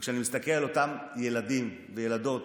כשאני מסתכל על אותם ילדים וילדות